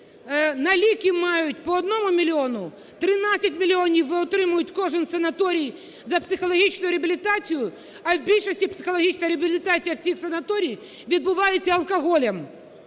на ліки мають по одному мільйону, 13 мільйонів отримують кожен санаторій за психологічну реабілітацію, а в більшості психологічна реабілітація в цих санаторіях відбувається алкоголем